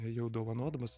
ėjau dovanodamas